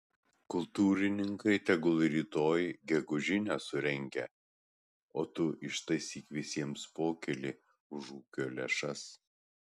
kultūrininkai tegul rytoj gegužinę surengia o tu ištaisyk visiems pokylį už ūkio lėšas